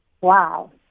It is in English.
Wow